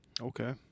Okay